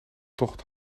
tocht